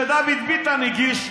כשדוד ביטן הגיש,